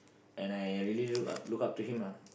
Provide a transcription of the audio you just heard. and I really look up look up to him ah